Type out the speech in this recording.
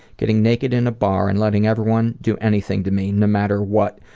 getting naked in a bar and letting everyone do anything to me, no matter what.